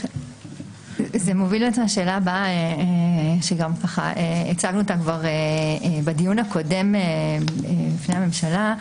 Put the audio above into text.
זה מוביל לשאלה הבאה שהצגנו אותה כבר בדיון הקודם בפני הממשלה.